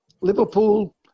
Liverpool